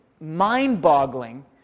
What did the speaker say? mind-boggling